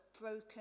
broken